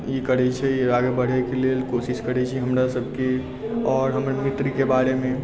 ई करै छै आगे बढ़ै के लेल कोशिश करै छी हमरा सभ की आओर हमर मित्र के बारे मे